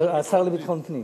לא, השר לביטחון פנים.